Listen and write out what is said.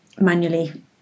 manually